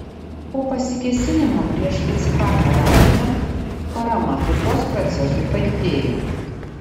po pasikėsinimo prieš icchaką rabiną parama taikos procesui padidėjo